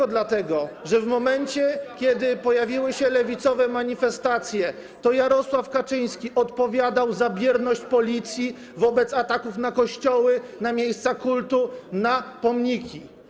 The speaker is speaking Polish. Nie tylko dlatego, że w momencie, kiedy pojawiły się lewicowe manifestacje, to Jarosław Kaczyński odpowiadał za bierność Policji wobec ataków na kościoły, na miejsca kultu, na pomniki.